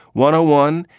one, a one.